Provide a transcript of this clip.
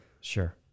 sure